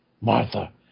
Martha